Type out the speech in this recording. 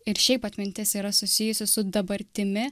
ir šiaip atmintis yra susijusi su dabartimi